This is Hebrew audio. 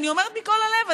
אני אומרת מכל הלב,